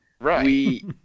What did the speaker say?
Right